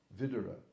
Vidura